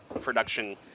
production